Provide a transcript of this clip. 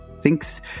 thinks